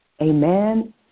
Amen